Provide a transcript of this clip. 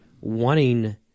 Wanting